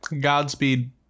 Godspeed